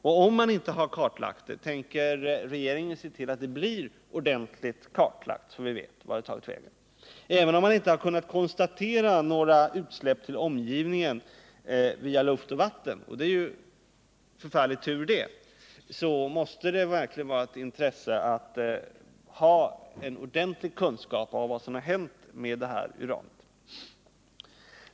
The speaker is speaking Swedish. Och om detta inte har kartlagts, tänker regeringen i så fall se till att det blir ordentligt kartlagt, så att vi vet vart uranet tagit vägen? Även om man inte kunnat konstatera några utsläpp till omgivningen via luft och vatten — det är ju tur det — måste det verkligen vara av intresse att ha en ordentlig kunskap om vad som har hänt med detta uran.